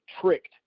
tricked